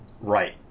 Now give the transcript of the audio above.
Right